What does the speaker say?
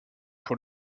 pour